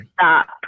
Stop